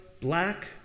black